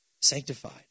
sanctified